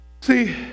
See